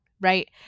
right